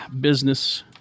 business